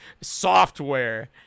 software